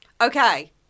Okay